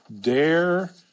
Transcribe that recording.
dare